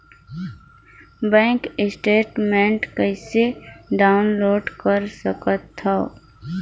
Bank statement कइसे download कर सकथव?